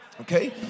Okay